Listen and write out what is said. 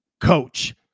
coach